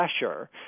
pressure